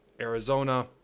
Arizona